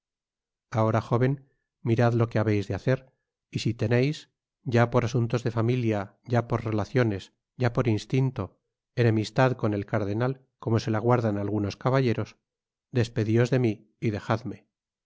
ahora jóven mirad lo que habeis de hacer y si teneis ya por asuntos de familia ya por relaciones ya por instinto enemistad con el cardenal como se la guardan algunos caballeros despedios de mí y dejadme